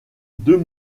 deux